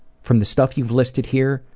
from the stuff you've listed here,